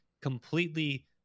completely